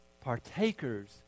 partakers